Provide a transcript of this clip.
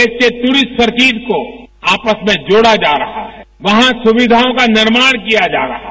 देश के tourist circuit को आपस में जोड़ा जा रहा है वहां सुविधाओं का निर्माण किया जा रहा है